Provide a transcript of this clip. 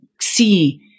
see